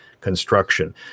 construction